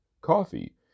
coffee